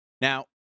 Now